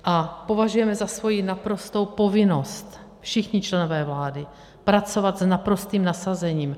A považujeme za svoji naprostou povinnost, všichni členové vlády, pracovat s naprostým nasazením.